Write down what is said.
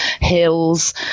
hills